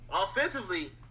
Offensively